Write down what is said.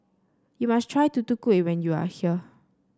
you must try Tutu Kueh when you are here